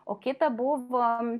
o kita buvo